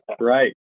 right